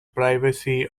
privacy